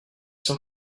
cent